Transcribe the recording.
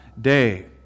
day